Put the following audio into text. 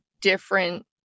different